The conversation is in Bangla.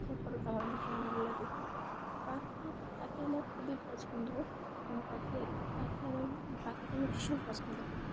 পাখের ফোটা আমার ভীষণ ভালো লাগে পাখি পাখি আমার খুবই পছন্দ কার পাখি পাখি আমার পাখিকে আমি ভীষণ পছন্দ করি